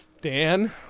Dan